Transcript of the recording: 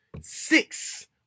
six